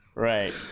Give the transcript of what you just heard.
Right